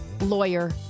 lawyer